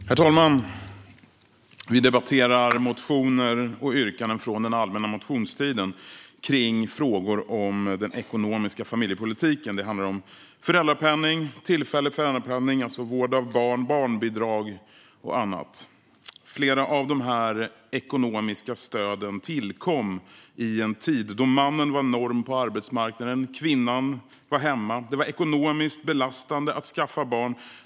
Herr talman! Vi debatterar motioner och yrkanden från den allmänna motionstiden kring frågor om den ekonomiska familjepolitiken. Det handlar om föräldrapenning, tillfällig föräldrapenning, det vill säga vård av barn, barnbidrag och annat. Flera av de här ekonomiska stöden tillkom i en tid då mannen var norm på arbetsmarknaden. Kvinnan var hemma. Det var ekonomiskt belastande att skaffa barn.